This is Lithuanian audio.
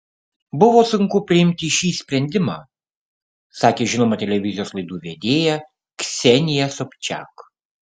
buvo sunku priimti šį sprendimą sakė žinoma televizijos laidų vedėja ksenija sobčiak